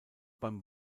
beim